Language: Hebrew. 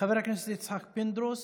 חבר הכנסת יצחק פינדרוס.